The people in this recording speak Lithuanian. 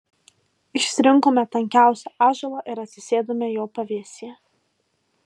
išsirinkome tankiausią ąžuolą ir atsisėdome jo pavėsyje